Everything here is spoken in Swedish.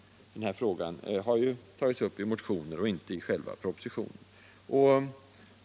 Den här frågan har ju tagits upp i motioner och inte i själva propositionen.